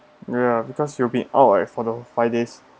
ya because you will be out like following five days